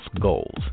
goals